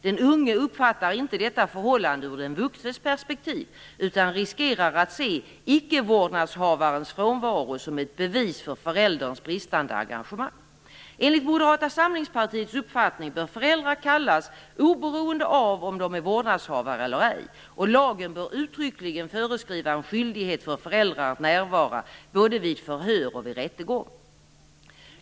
Den unge uppfattar inte detta förhållande i den vuxnes perspektiv, utan riskerar att se icke-vårdnadshavarens frånvaro som ett bevis för förälderns bristande engagemang. Enligt Moderata samlingspartiets uppfattning bör föräldrar kallas oberoende av om de är vårdnadshavare eller ej. Lagen bör uttryckligen föreskriva en skyldighet för föräldrar att närvara både vid förhör och vid rättegång.